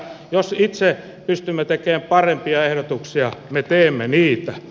jos itse pystymme tekemään parempia ehdotuksia me teemme niitä